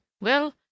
Well